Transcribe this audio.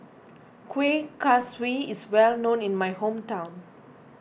Kueh Kaswi is well known in my hometown